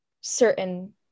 certain